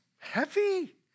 Heavy